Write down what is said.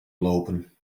lopen